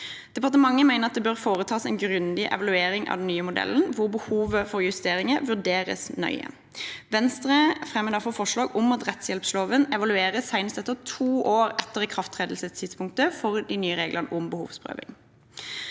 Departementet mener at det bør foretas en grundig evaluering av den nye modellen, hvor behovet for justeringer vurderes nøye. Venstre fremmer derfor forslag om at rettshjelpsloven evalueres senest to år etter ikrafttredelsestidspunktet for de nye reglene om behovsprøving.